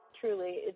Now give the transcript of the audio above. truly